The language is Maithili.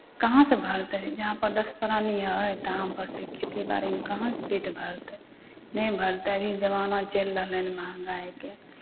कहाँसँ भरतै जहाँपर दस प्राणी हइ तहाँपर सिर्फ खेती बारीमे कहाँसँ पेट भरतै नहि भरतै अभी जमाना चलि रहलै हइ महँगाइके